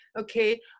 Okay